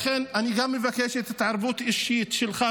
לכן אני גם מבקש את ההתערבות האישית שלך,